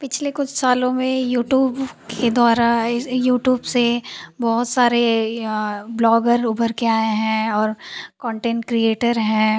पिछले कुछ सालों में यूट्यूब के द्वारा यूट्यूब से बहुत सारे ब्लॉग़र उभरकर आए हैं और कॉन्टेन्ट क्रिएटर हैं